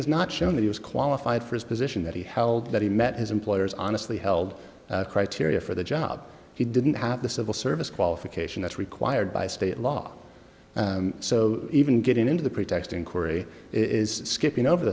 has not shown that he was qualified for his position that he held that he met his employer's honestly held criteria for the job he didn't have the civil service qualification that's required by state law so even getting into the pretexting corey is skipping over